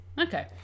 okay